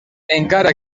encara